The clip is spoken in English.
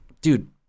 dude